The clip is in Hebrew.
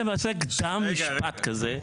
זה לא יחליף וגם לא יבוא בנוסף, כמובן.